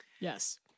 Yes